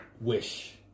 wish